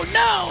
no